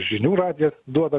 žinių radijas duoda